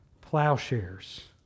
plowshares